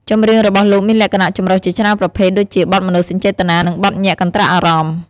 ចម្រៀងរបស់លោកមានលក្ខណៈចម្រុះជាច្រើនប្រភេទ ដូចជាបទមនោសញ្ចេតនា នឹងបទញាក់កន្ត្រាក់អារម្មណ៍ ។